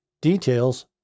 Details